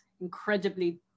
incredibly